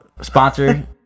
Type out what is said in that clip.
sponsor